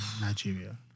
Nigeria